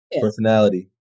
personality